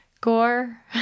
Gore